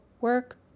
work